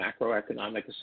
macroeconomic